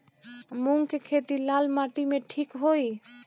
मूंग के खेती लाल माटी मे ठिक होई?